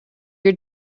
your